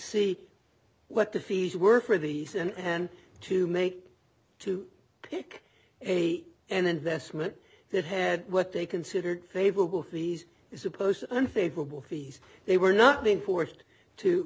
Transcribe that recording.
see what the fees were for the season and to make to pick a an investment that had what they considered favorable fees is supposed unfavorable fees they were not being forced to